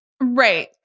Right